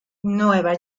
nueva